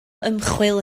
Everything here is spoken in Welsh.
ymchwil